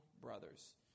brothers